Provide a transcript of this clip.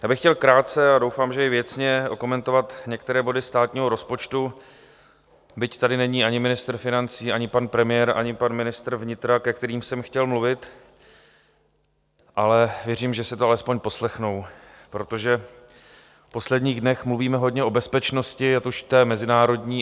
Já bych chtěl krátce a doufám, že i věcně, okomentovat některé body státního rozpočtu, byť tady není ani ministr financí, ani pan premiér, ani ministr vnitra, ke kterým jsem chtěl mluvit, ale věřím, že si to aspoň poslechnou, protože v posledních dnech mluvíme hodně o bezpečnosti, ať už té mezinárodní.